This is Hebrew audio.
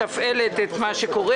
שמתפעלת את מה שקורה,